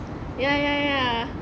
ya ya ya